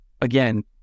again